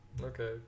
Okay